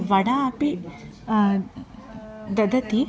वडा अपि ददति